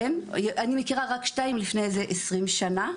אני מכירה רק שתיים לפני כעשרים שנים,